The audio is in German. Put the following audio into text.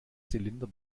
zylinder